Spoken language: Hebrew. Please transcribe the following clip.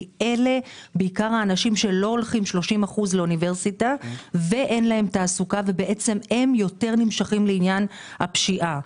כי אלה עיקר האנשים שאם אין להם תעסוקה הם יותר נמשכים לעניין הפשיעה.